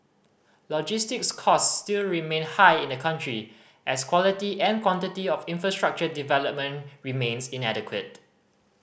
logistics costs still remain high in the country as quality and quantity of infrastructure development remains inadequate